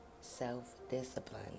self-discipline